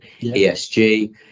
esg